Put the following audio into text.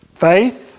Faith